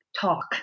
talk